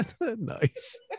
Nice